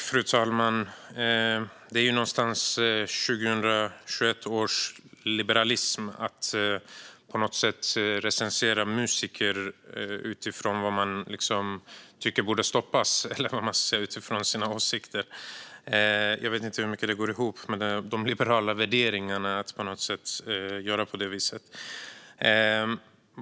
Fru talman! Det är någonstans 2021 års liberalism att på något sätt recensera musiker utifrån vad man tycker borde stoppas eller utifrån sina åsikter. Jag vet inte hur mycket det går ihop med de liberala värderingarna att göra på det sättet.